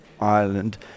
Ireland